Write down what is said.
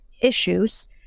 issues